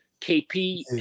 KP